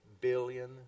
billion